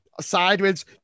sideways